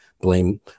blame